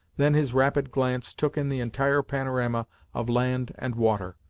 then his rapid glance took in the entire panorama of land and water,